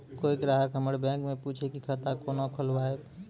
कोय ग्राहक हमर बैक मैं पुछे की खाता कोना खोलायब?